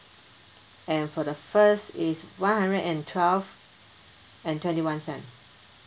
and for the first is one hundred and twelve and twenty one cent